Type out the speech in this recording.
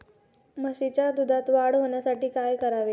म्हशीच्या दुधात वाढ होण्यासाठी काय करावे?